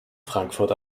frankfurt